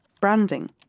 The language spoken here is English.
branding